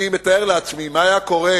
אני מתאר לעצמי מה היה קורה